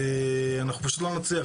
אנחנו פשוט לא נצליח,